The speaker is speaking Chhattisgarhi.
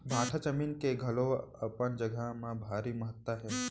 भाठा जमीन के घलौ अपन जघा म भारी महत्ता हे